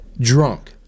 drunk